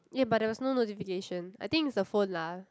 ya but there was no notification I think it's the phone lah